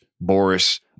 Boris